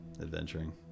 adventuring